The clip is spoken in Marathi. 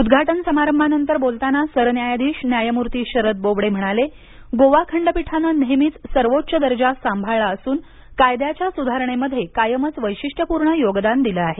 उद्घाटन समारंभानंतर बोलताना सरन्यायाधीश न्यायमूर्ती शरद बोबडे म्हणाले गोवा खंडपीठानं नेहमीच सर्वोच्च दर्जा सांभाळला असून कायद्याच्या सुधारणेमध्ये कायमच वैशिष्ठ पूर्ण योगदान दिल आहे